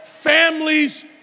Families